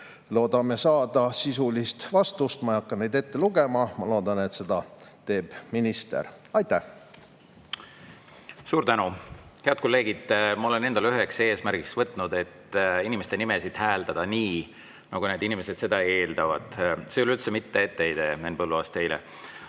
loodame saada sisulisi vastuseid. Ma ei hakka neid ette lugema, ma loodan, et seda teeb minister. Aitäh! Suur tänu! Head kolleegid, ma olen endale üheks eesmärgiks seadnud inimeste nimesid hääldada nii, nagu need inimesed seda eeldavad. See ei ole üldse mitte etteheide, Henn Põlluaas, teile.